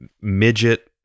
midget